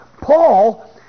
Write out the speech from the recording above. Paul